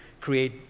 create